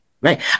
Right